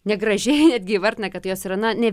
negražiai netgi įvardina kad jos yra na ne